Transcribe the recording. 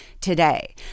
today